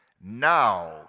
now